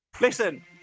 Listen